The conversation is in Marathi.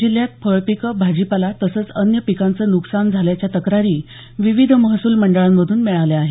जिल्ह्यात फळपिकं भाजी पाला तसंच अन्य पिकांचं नुकसान झाल्याच्या तक्रारी विविध महसूल मंडळामधून मिळाल्या आहेत